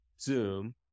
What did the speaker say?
Zoom